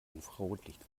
infrarotlicht